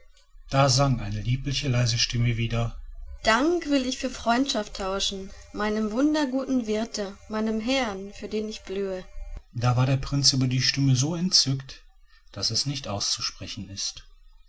da sang eine liebliche leise stime wider dank will ich für freundschaft tauschen meinem wunderguten wirte meinem herrn für den ich blühe da war der prinz über die stimme so entzückt daß es nicht auszusprechen ist